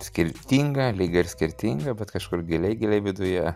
skirtinga lyg ir skirtinga bet kažkur giliai giliai viduje